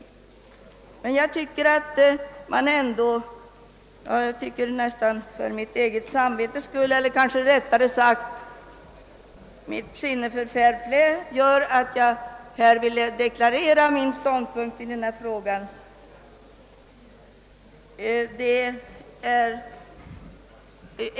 Men jag tycker ändå att jag för mitt eget samvetes skull, med utgångspunkt från mitt sinne för fair play, vill deklarera min ståndpunkt i denna fråga.